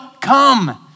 come